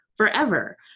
forever